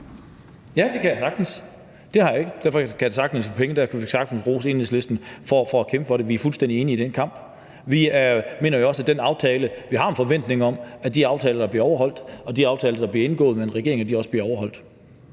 Ja, det kan jeg sagtens, for det har jeg ikke. Men derfor kan vi sagtens rose Enhedslisten for at kæmpe for det. Vi er fuldstændig enige i den kamp. Og vi har også en forventning om, at de aftaler bliver overholdt, og at de aftaler, der bliver indgået med en regering, også bliver overholdt.